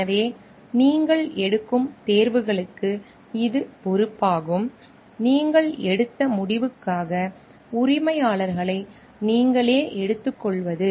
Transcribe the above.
எனவே நீங்கள் எடுக்கும் தேர்வுகளுக்கு இது பொறுப்பாகும் நீங்கள் எடுத்த முடிவுக்காக உரிமையாளர்களை நீங்களே எடுத்துக்கொள்வது